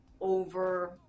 over